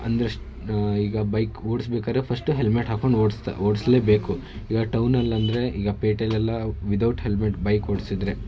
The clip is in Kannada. ಅಂದರೆ ಈಗ ಬೈಕ್ ಓಡಿಸಬೇಕಾದ್ರೆ ಫಸ್ಟ್ ಹೆಲ್ಮೆಟ್ ಹಾಕೊಂಡು ಓಡಿಸ್ತಾ ಒಡಿಸ್ಲೇಬೇಕು ಈಗ ಟೌನಲ್ಲಿ ಅಂದರೆ ಈಗ ಪೇಟೆಲೆಲ್ಲ ವಿದೌಟ್ ಹೆಲ್ಮೆಟ್ ಬೈಕ್ ಓಡಿಸಿದ್ರೆ